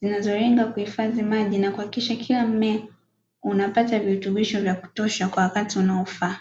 zinazolenga kuhifadhi maji na kuhakikisha kila mmea unapata virutubisho vya kutosha kwa wakati unaofaa.